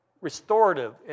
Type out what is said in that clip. restorative